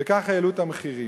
וככה העלו את המחירים.